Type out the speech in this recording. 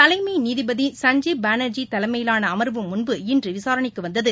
தலைமநீதிபதி சஞ்சீப் பானர்ஜி தலைமயிலானஅமர்வு முன்பு இன்றுவிசாரணைக்குவந்தது